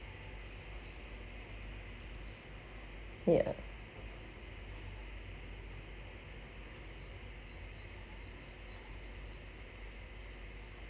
ya